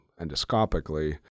endoscopically